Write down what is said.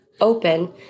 open